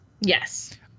Yes